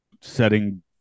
Setting